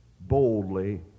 boldly